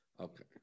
okay